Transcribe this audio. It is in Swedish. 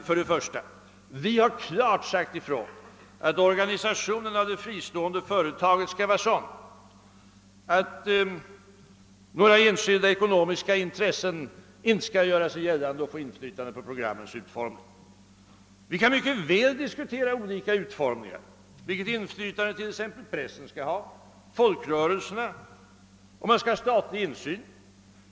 För det första vill jag påpeka att vi klart sagt ifrån att det fristående företagets organisation skall vara sådan, att några enskilda ekonomiska intressen inte kan göra sig gällande och få inflytande på programmens utformning. Vi kan mycket väl diskutera olika slags utformning — vilket inflytande t.ex. pressen och folkrörelserna skall ha, om det skall vara statlig insyn etc.